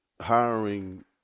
hiring